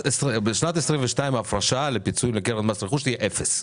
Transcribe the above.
בשנת 2022 ההפרשה לפיצויים לקרן מס רכוש תהיה אפס,